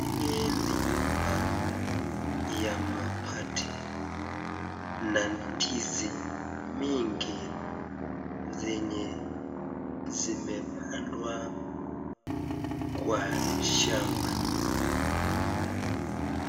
Hii ni nyumba ya mabati na ndizi mingi zenye zimepandwa kwa shamba.